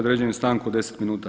Određujem stanku od 10 minuta.